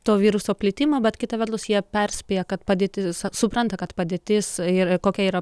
to viruso plitimą bet kita vertus jie perspėja kad padėtis supranta kad padėtis ir kokia yra